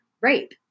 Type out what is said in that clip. rape